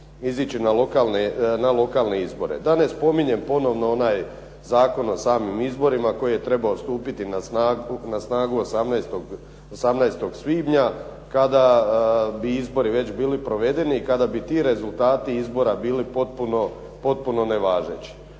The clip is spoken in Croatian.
izići na lokalne izbore. Da ne spominjem ponovno onaj zakon o samim izborima koji je trebao stupiti na snagu 18. svibnja, kada bi izbori već bili provedeni, kada bi ti rezultati izbora bili potpuno nevažeći.